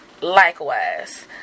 Likewise